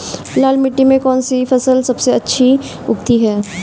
लाल मिट्टी में कौन सी फसल सबसे अच्छी उगती है?